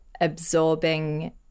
absorbing